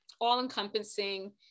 all-encompassing